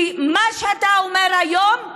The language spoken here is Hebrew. כי מה שאתה אומר היום,